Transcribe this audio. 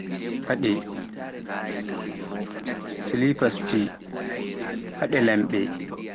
paɗe silipas ji, paɗe lamɓe.